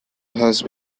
has